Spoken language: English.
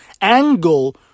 angle